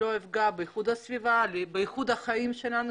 פה מדובר על לוחות זמנים מאוד מהירים.